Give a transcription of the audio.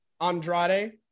Andrade